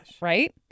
Right